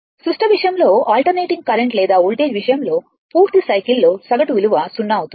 సుష్ట విషయంలో alternating current లేదా వోల్టేజ్ విషయంలో పూర్తి సైకిల్లో సగటు విలువ 0 అవుతుంది